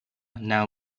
now